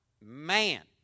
man